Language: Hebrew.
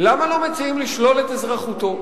למה לא מציעים לשלול את אזרחותו?